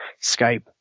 Skype